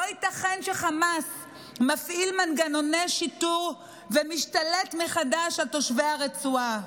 לא ייתכן שחמאס מפעיל מנגנוני שיטור ומשתלט מחדש על תושבי הרצועה.